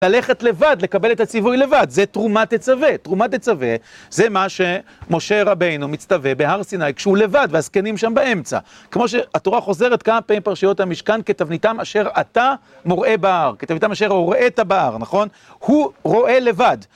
ללכת לבד, לקבל את הציווי לבד, זה תרומה-תצווה. תרומה-תצווה זה מה שמשה רבינו מצטווה בהר סיני כשהוא לבד, והזקנים שם באמצע. כמו שהתורה חוזרת כמה פעמים בפרשיות המשכן, כתבניתם אשר אתה מוראה בהר, כתבניתם אשר הוראית בהר, נכון? הוא רואה לבד.